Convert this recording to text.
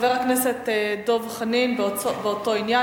חבר הכנסת דב חנין, באותו העניין.